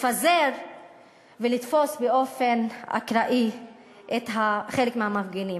לפזר ולתפוס באופן אקראי חלק מהמפגינים.